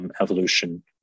evolution